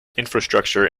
infrastructure